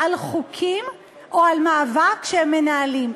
על חוקים או על מאבק שהם מנהלים?